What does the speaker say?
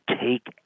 Take